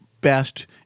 best